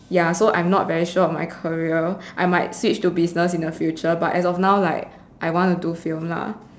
ya so I'm not very sure of my career I might switch to business in the future but as of now like I want to do film lah